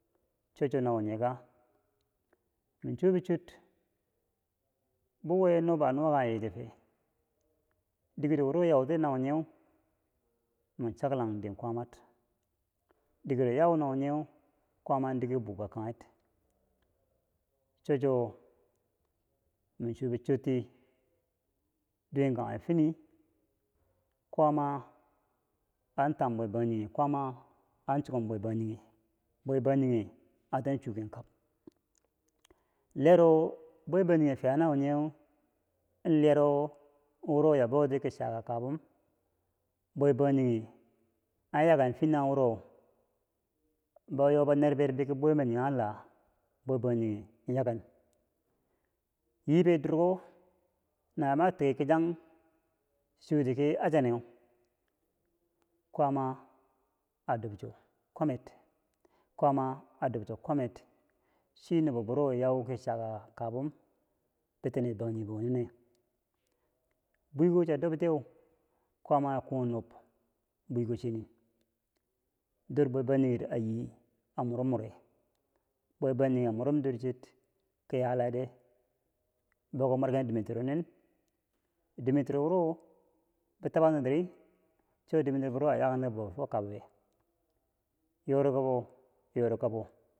cho- chwo nawo nyeka mi cho bichot buwe nubo a nuwakanyetife dikero wuro yauti nawonyen mi chaklang den kwaamar dikero yawu nawonyeu kwama diker buka kanghek chochwo mi chuwo bi choti duwen kanghe fini kwaama an tambwebangjinghe kwaama an chokum bwebangjinghe bwebangjinghe atam chuken kam liyaro bwe- bangjinghe fiya nawonyeu liyaro wo a bauti ki chaka kabum bwebangjinghe anyaken fintanghen wuro baayo ner ber boki bwebangjinghe an la, bwebangjinghe nyaken yibe durko nawo ma tiki kichang choti ki Hassane kwaama a dobcho kwamer kwaama a dobcho kwamed chi nubo biro yauki chan kabum bitine bwebangjinghriine bwiko chiya dutiye ku nub bwiko chinyii dir bangjinghebo wo nine a bwiko chia dobtiyeu kwaama akung nob bwiko che nin dor bwebangjinghed ayi amwerum mwere bwebangjinghe a mwerum dor cher ko yala de boko mwerken dimetero dimetiro wuro bi tabangtiri cho dimetero wo ayakenti ki bo fo kabbeu feu, yori kobo, yori kabo.